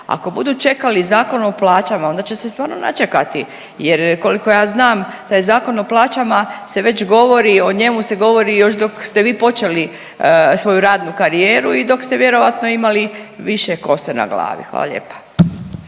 Ako budu čekali Zakon o plaćama onda će se stvarno načekati jer koliko ja znam taj Zakon o plaćama se već govori, o njemu se govori još dok ste vi počeli svoju radnu karijeru i dok ste vjerojatno imali više kose na glavi, hvala lijepa.